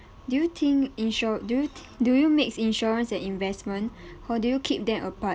do you think insur~ do you do you mix insurance and investment or do you keep them apart